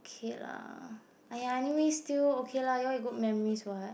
okay lah !aiya! anyways still okay lah you all have good memories [what]